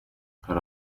hari